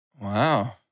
Wow